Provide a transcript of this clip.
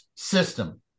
System